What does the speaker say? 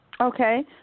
Okay